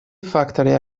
факторы